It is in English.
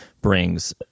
brings